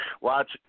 watch